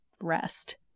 rest